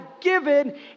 given